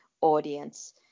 audience